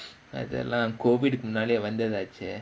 like that lah COVID முன்னாலயே வந்ததாச்சே:munnaalayae vandhadhaachae